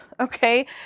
Okay